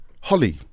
Holly